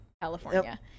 california